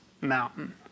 mountain